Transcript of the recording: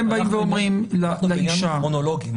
וכל העניין הוא כרונולוגי.